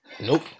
Nope